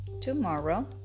Tomorrow